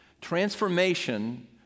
Transformation